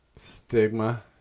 Stigma